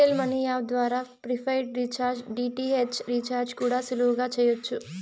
air tell money app ద్వారా prepaid recharge, DTH recharge కూడా సులువుగా చెయ్యచ్చు